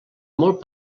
molt